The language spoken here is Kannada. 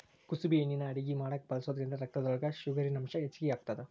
ಕುಸಬಿ ಎಣ್ಣಿನಾ ಅಡಗಿ ಮಾಡಾಕ ಬಳಸೋದ್ರಿಂದ ರಕ್ತದೊಳಗ ಶುಗರಿನಂಶ ಹೆಚ್ಚಿಗಿ ಆಗತ್ತದ